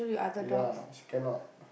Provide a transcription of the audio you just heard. ya she cannot